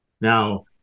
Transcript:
Now